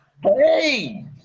Hey